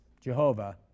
Jehovah